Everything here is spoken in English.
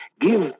Give